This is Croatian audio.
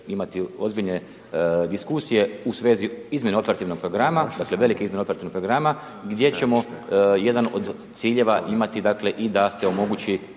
imati ozbiljne diskusije u svezi izmjene operativnog programa, dakle, velike izmjene operativnog programa gdje ćemo jedan od ciljeva imati, dakle, i da se omogući